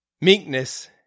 meekness